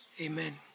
Amen